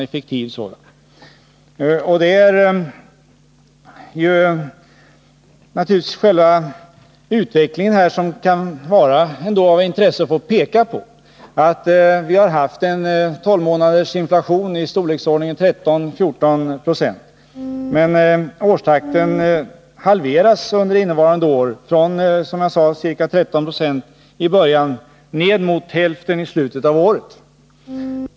Här kan det naturligtvis vara av intresse att peka på själva utvecklingen. Vi har haft en tolvmånadersinflation i storleksordningen 13-14 26, men årstakten halveras under innevarande år från ca 13 20 i början ned mot hälften i slutet av året.